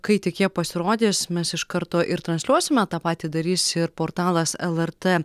kai tik jie pasirodys mes iš karto ir transliuosime tą patį darys ir portalas lrt